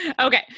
Okay